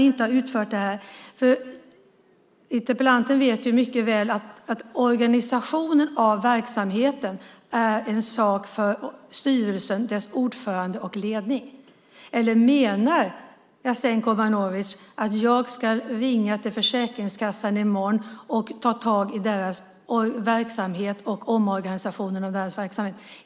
Interpellanten vet mycket väl att organisationen av verksamheten är en sak för styrelsen, dess ordförande och ledning. Eller menar Jasenko Omanovic att jag ska ringa till Försäkringskassan i morgon och ta tag i deras verksamhet och omorganisationen av deras verksamhet?